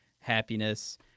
happiness